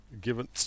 given